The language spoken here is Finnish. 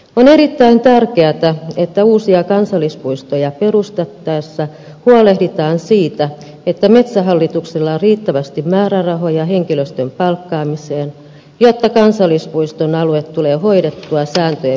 on erittäin tärkeätä että uusia kansallispuistoja perustettaessa huolehditaan siitä että metsähallituksella on riittävästi määrärahoja henkilöstön palkkaamiseen jotta kansallispuiston alue tulee hoidettua sääntöjen mukaisesti